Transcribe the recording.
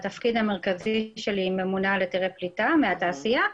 התפקיד המרכזי שלי הוא ממונה על היתרי פליטה מהתעשייה,